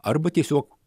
arba tiesiog